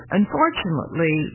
unfortunately